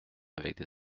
avec